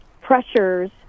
pressures